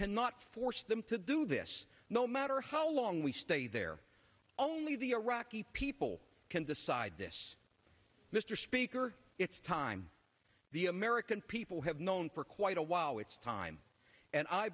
cannot force them to do this no matter how long we stay there only the iraqi people can decide this mr speaker it's time the american people have known for quite a while it's time and i